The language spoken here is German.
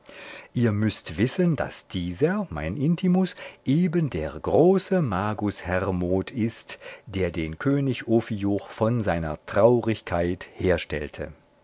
ihr müßt wissen daß dieser mein intimus eben der große magus hermod ist der den könig ophioch von seiner traurigkeit herstellte